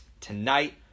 tonight